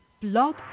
Blog